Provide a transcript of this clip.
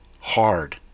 hard